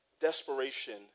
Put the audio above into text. Desperation